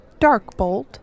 Darkbolt